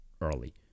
early